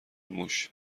موش